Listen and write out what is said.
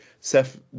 seth